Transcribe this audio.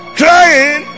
crying